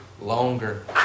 longer